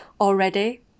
already